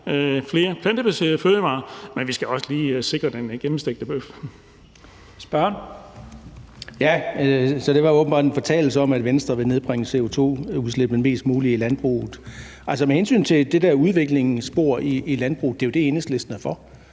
(Leif Lahn Jensen): Spørgeren. Kl. 14:47 Søren Egge Rasmussen (EL): Så det var åbenbart en fortalelse om, at Venstre vil nedbringe CO2-udslippene mest muligt i landbruget. Altså, med hensyn til det der udviklingsspor i landbruget er det jo det, Enhedslisten er for.